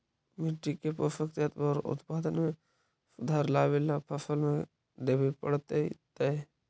मिट्टी के पोषक तत्त्व और उत्पादन में सुधार लावे ला फसल में का देबे पड़तै तै?